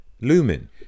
Lumen